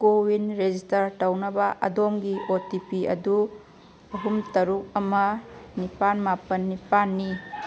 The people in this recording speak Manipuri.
ꯀꯣꯋꯤꯟ ꯔꯦꯖꯤꯁꯇꯔ ꯇꯧꯅꯕ ꯑꯗꯣꯝꯒꯤ ꯑꯣ ꯇꯤ ꯄꯤ ꯑꯗꯨ ꯑꯍꯨꯝ ꯇꯔꯨꯛ ꯑꯃ ꯅꯤꯄꯥꯜ ꯃꯥꯄꯜ ꯅꯤꯄꯥꯜꯅꯤ